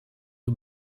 you